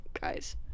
guys